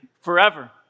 forever